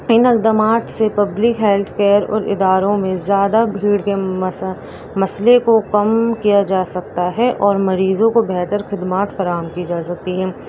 ان اکدامات سے public health care اور اداروں میں زیادہ بھیڑ کے مس مسئلے کو کم کیا جا سکتا ہے اور مریضوں کو بہتر خدمات فراہم کی جا سکتی ہیں